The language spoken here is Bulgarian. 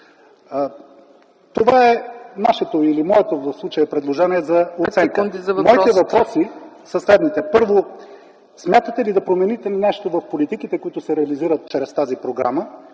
Това е нашето или моето в случая предложение за ефекта. Моите въпроси са следните: Първо, смятате ли да промените нещо в политиките, които се реализират чрез тази програма,